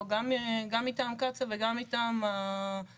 בנושא גם מטעם קצא"א וגם מטעם הממשלה,